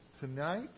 Tonight